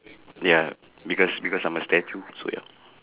ya because because I'm a statue so ya